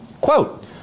Quote